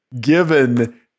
given